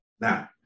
Now